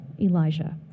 Elijah